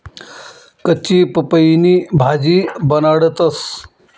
कच्ची पपईनी भाजी बनाडतंस